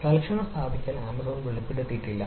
തൽക്ഷണ സ്ഥാപിക്കൽ ആമസോൺ വെളിപ്പെടുത്തിയിട്ടില്ല